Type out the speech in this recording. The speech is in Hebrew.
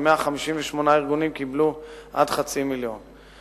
ו-158 ארגונים קיבלו עד חצי מיליון שקלים.